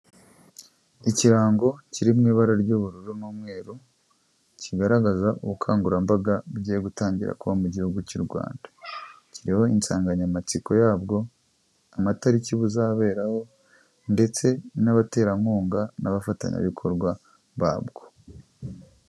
Ikirango kiri mu ibara ry'ubururu n'umweru, kigaragaza ubukangurambaga bugiye gutangira kuba mu gihugu cy'u Rwanda. Kiriho insanganyamatsiko yabwo, amatariki buzaberaho, ndetse n'abaterankunga n'abafatanyabikorwa babwo.